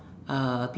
uh